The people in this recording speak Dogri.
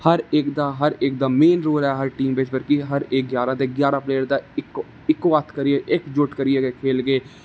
हर इक दा मेन रोल है टीम बिच कि कियां हर इक ग्यारां दे ग्यारां इक्को हत्थ करिये इक जुट करिये खेलगे